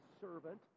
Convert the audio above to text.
servant